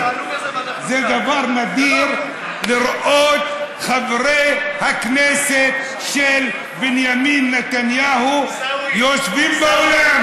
זה דבר נדיר לראות חברי כנסת של בנימין נתניהו יושבים באולם.